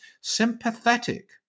sympathetic